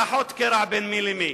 לאחות קרע בין מי למי?